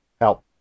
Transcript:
help